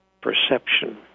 perception